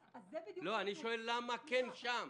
אני שואל למה כן שם.